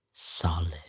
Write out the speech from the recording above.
Solid